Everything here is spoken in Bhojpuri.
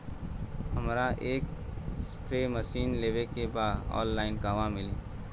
हमरा एक स्प्रे मशीन लेवे के बा ऑनलाइन कहवा मिली?